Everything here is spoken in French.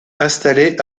installé